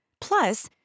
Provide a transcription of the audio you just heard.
Plus